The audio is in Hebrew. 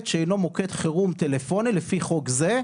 שאינו מוקד חירום טלפוני לפי חוק זה,